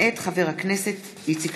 מאת חברי הכנסת יעקב אשר,